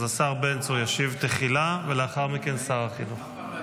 אז השר בן צור ישיב תחילה, ולאחר מכן שר החינוך.